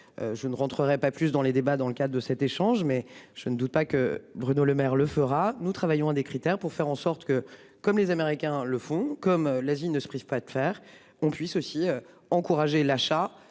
je ne rentrerai pas plus dans les débats dans le cadre de cet échange, mais je ne doute pas que Bruno Lemaire le fera, nous travaillons à des critères pour faire en sorte que, comme les Américains le font comme l'Asie ne se prive pas de faire on puisse aussi encourager l'achat